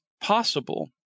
possible